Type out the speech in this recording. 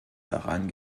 daran